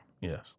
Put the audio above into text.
Yes